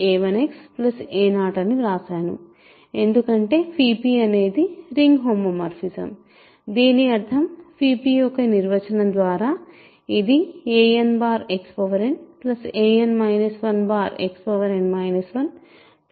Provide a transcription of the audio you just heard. a 1 Xa 0అని వ్రాసాను ఎందుకంటే p అనేది రింగ్ హోమోమార్ఫిజం దీని అర్థం p యొక్క నిర్వచనం ద్వారా ఇదిa nXn a n 1 Xn 1